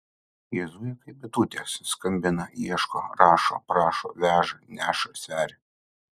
jie zuja kaip bitutės skambina ieško rašo prašo veža neša sveria